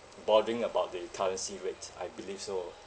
bordering about the currency rate I believe so